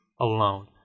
alone